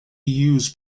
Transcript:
used